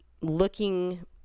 looking